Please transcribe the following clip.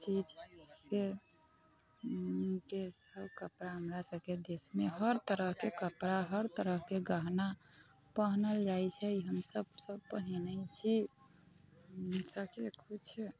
चीज के के सब कपड़ा हमरा सबके देशमे हर तरहके कपड़ा हर तरहके गहना पहिनल जाइ छै हमसब सब पहिनै छी किछु